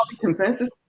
consensus